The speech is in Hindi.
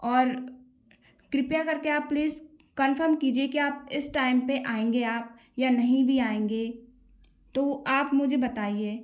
और कृपया करके आप प्लीज़ कन्फर्म कीजिए कि आप इस टाइम पे आएंगे आप या नहीं भी आएंगे तो आप मुझे बताइए